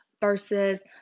versus